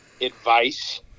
advice